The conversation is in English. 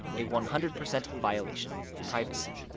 a one hundred percent violation of privacy.